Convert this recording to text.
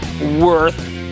worth